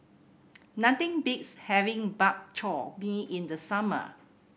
nothing beats having Bak Chor Mee in the summer